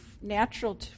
natural